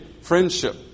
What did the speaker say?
friendship